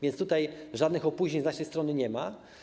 Więc tutaj żadnych opóźnień z naszej strony nie ma.